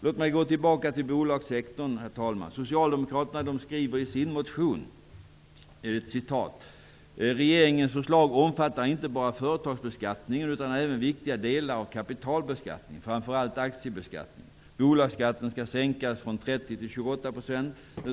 Låt mig gå tillbaka till bolagssektorn, herr talman. ''Regeringens förslag omfattar inte bara företagsbeskattningen utan även viktiga delar av kapitalbeskattningen, framför allt aktiebeskattningen.